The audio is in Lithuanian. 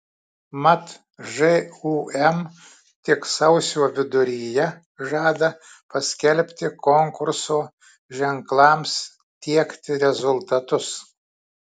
mat žūm tik sausio viduryje žada paskelbti konkurso ženklams tiekti rezultatus